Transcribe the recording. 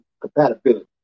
compatibility